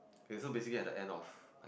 okay so basically at the end of like